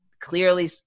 clearly